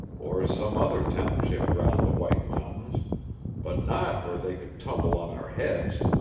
or some other township round the white mountains but not where they could tumble on our heads.